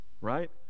Right